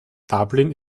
dublin